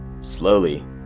Slowly